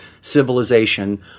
civilization